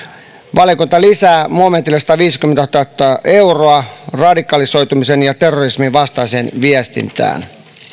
valiokunta lisää momentille sataviisikymmentätuhatta euroa radikalisoitumisen ja terrorismin vastaiseen viestintään